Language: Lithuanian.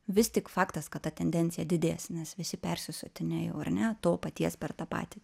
vis tik faktas kad ta tendencija didės nes visi persisotinę jau ar ne to paties per tą patį